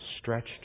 stretched